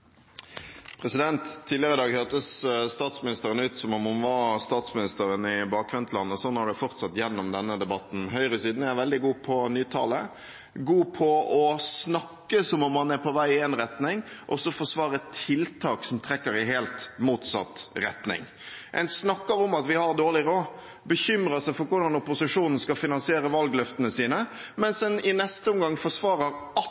Tidligere i dag hørtes statsministeren ut som om hun var statsministeren i bakvendtland, og sånn har det fortsatt gjennom denne debatten. Høyresiden er veldig god på nytale – god til å snakke som om man er på vei i en retning og så forsvare tiltak som trekker i helt motsatt retning. En snakker om at vi har dårlig råd og bekymrer seg for hvordan opposisjonen skal finansiere valgløftene sine, mens en i neste omgang forsvarer